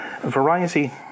Variety